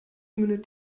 mündet